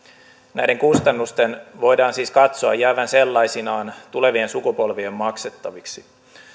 näiden kustannusten voidaan siis katsoa jäävän sellaisinaan tulevien sukupolvien maksettaviksi